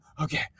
okay